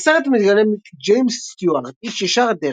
בסרט מגלם ג'יימס סטיוארט איש ישר-דרך,